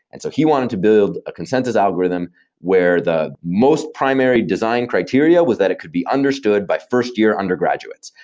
and so he wanted to build a consensus algorithm where the most primary design criteria was that it could be understood by first year undergraduates,